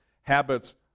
Habits